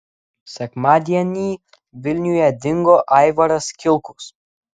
sekmadienį vilniuje dingo aivaras kilkus